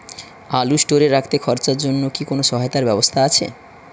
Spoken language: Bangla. আলু স্টোরে রাখতে খরচার জন্যকি কোন সহায়তার ব্যবস্থা আছে?